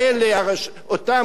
אותם גופים,